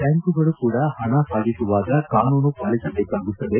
ಬ್ಯಾಂಕುಗಳು ಕೂಡ ಪಣ ಸಾಗಿಸುವಾಗ ಕಾನೂನು ಪಾಲಿಸಬೇಕಾಗುತ್ತದೆ